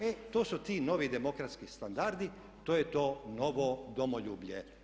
E, to su ti novi demokratski standardi, to je to novo domoljublje.